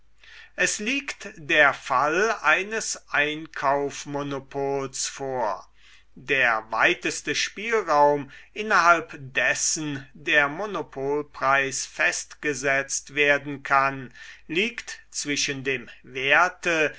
es liegt der fall eines einkaufmonopols vor der weiteste spielraum innerhalb dessen der monopolpreis festgesetzt werden kann liegt zwischen dem werte